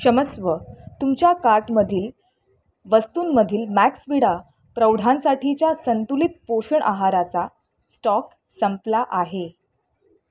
क्षमस्व तुमच्या कार्टमधील वस्तूंमधील मॅक्सविडा प्रौढांसाठीच्या संतुलित पोषण आहाराचा स्टॉक संपला आहे